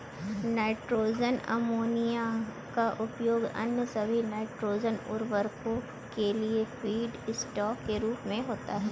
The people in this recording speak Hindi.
नाइट्रोजन अमोनिया का उपयोग अन्य सभी नाइट्रोजन उवर्रको के लिए फीडस्टॉक के रूप में होता है